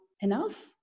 enough